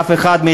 אף אחד,